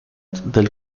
del